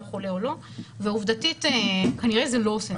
חולה או לא ועובדתית כנראה זה לא עושה את זה.